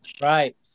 Right